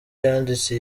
yanditse